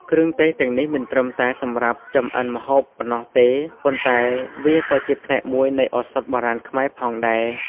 គ្រឿងទេសទាំងនេះមិនត្រឹមតែសម្រាប់ចម្អិនម្ហូបប៉ុណ្ណោះទេ ប៉ុន្តែវាក៏ជាផ្នែកមួយនៃឱសថបុរាណខ្មែរផងដែរ។